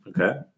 okay